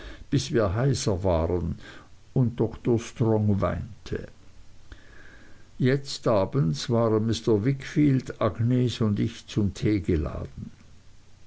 bis wir heiser waren und dr strong weinte jetzt abends waren mr wickfield agnes und ich zum tee geladen